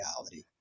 reality